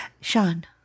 Sean